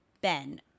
Ben